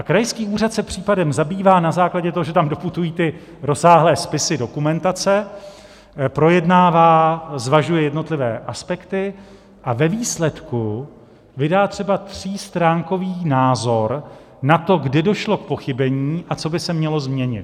Krajský úřad se případem zabývá na základě toho, že tam doputují rozsáhlé spisy dokumentace, projednává, zvažuje jednotlivé aspekty a ve výsledku vydá třeba třístránkový názor na to, kdy došlo k pochybení a co by se mělo změnit.